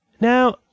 now